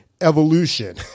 evolution